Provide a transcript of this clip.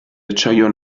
acciaio